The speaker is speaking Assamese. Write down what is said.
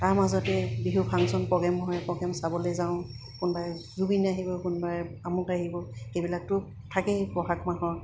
তাৰ মাজতে বিহু ফাংচন প্ৰগ্ৰেম হয় প্ৰগ্ৰেম চাবলৈ যাওঁ কোনোবাই জুবিন আহিব কোনোবাই আমুক আহিব সেইবিলাকতো থাকেই বহাগ মাহৰ